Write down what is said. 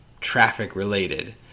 traffic-related